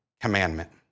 commandment